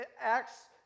Acts